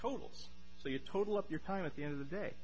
you total up your time at the end of the day